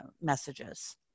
messages